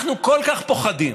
אנחנו כל כך פוחדים.